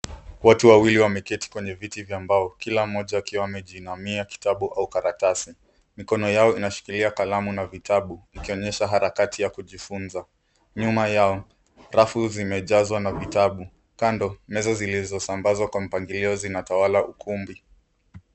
Watu wawili wameketi kwenye viti vya mbao, kila mmoja akiwa amejiinamia kitabu au karatasi. Mikono yao inashikilia kalamu na vitabu, ikionyesha harakati ya kujifunza. Nyuma yao, rafu zimejazwa na vitabu. Kando, meza zilizosambazwa kwa mpangilio zinatawala ukumbi.